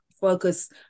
focus